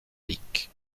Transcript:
peak